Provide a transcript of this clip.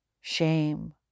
shame